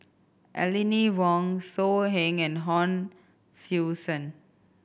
Aline Wong So Heng and Hon Sui Sen